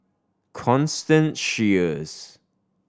Constance Sheares